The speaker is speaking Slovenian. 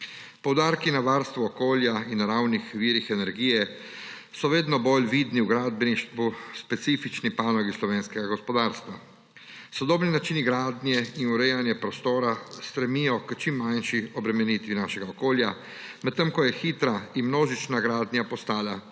Poudarki na varstvu okolja in naravnih virih energije so vedno bolj vidni v gradbeništvu, specifični panogi slovenskega gospodarstva. Sodobni načini gradnje in urejanje prostora stremijo k čim manjši obremenitvi našega okolja, medtem ko je hitra in množična gradnja postala glavna